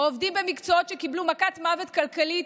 עובדים במקצועות שקיבלו מכת מוות כלכלית,